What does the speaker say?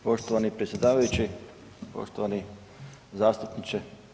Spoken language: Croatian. Poštovani predsjedavajući, poštovani zastupniče.